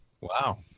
Wow